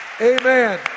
Amen